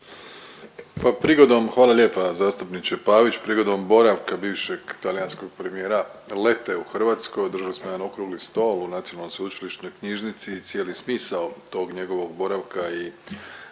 Hvala lijepa zastupniče Pavić. Prigodom boravka bivšeg talijanskog premijera Lete u Hrvatskoj održali smo jedan okrugli stol u NSK i cijeli smisao tog njegovog boravka i